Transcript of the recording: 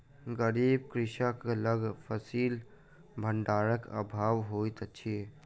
गरीब कृषक लग फसिल भंडारक अभाव होइत अछि